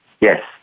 Yes